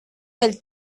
del